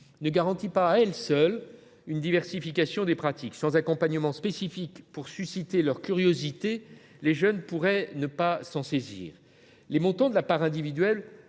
ne garantit pas, à elle seule, la diversification des pratiques. Sans accompagnement spécifique à même de susciter leur curiosité, les jeunes pourraient ne pas s’en saisir. Les montants de la part individuelle